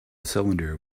cylinder